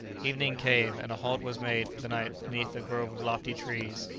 evening came, and a halt was made for the night beneath a grove of lofty trees.